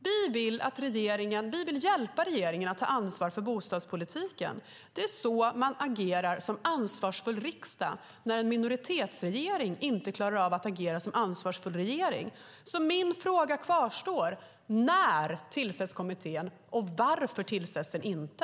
Vi vill hjälpa regeringen att ta ansvar för bostadspolitiken. Det är så man agerar som ansvarsfull riksdag när en minoritetsregering inte klarar av att agera som ansvarfull regering. Min fråga kvarstår: När tillsätts kommittén, och varför tillsätts den inte?